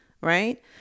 right